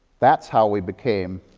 that's how we became